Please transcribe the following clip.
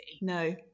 No